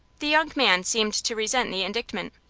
the young man seemed to resent the indictment.